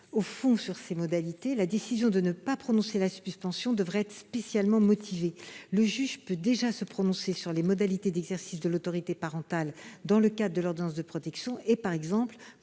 au fond sur les modalités. La décision de ne pas prononcer la suspension devrait être spécialement motivée. Le juge peut déjà apprécier les modalités d'exercice de l'autorité parentale dans le cadre de l'ordonnance de protection et, par exemple,